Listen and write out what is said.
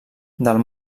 del